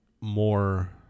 more